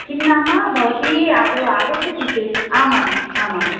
किं नाम भवती आदौ आगच्छति चेत् आमाम् आमाम्